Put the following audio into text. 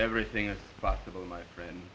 everything is possible my friend